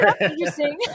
Interesting